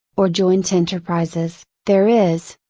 or joint enterprises, there is,